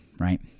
right